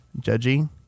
judgy